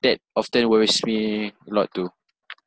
that often worries me a lot too